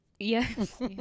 Yes